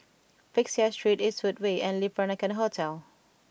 Peck Seah Street Eastwood Way and Le Peranakan Hotel